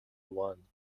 one